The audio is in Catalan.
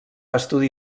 estudi